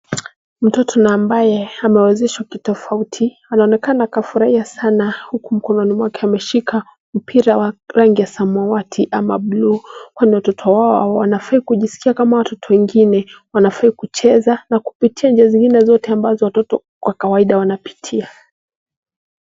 Mtoto na ambaye amewezeshwa kitofauti anaonekana kafurahia sana huku mkononi mwake akiwa ameshika mpira wa samawati au bluu kwani watoto hawa wanafaa kujisikia kama watoto wengine. Wanafaa kuchezea na kupitia njia zingine ambazo watoto wanapitia.